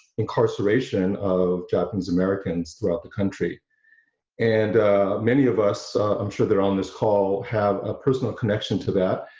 incarceration of japanese americans throughout the country and many of us i'm sure they're on this call have a personal connection to that,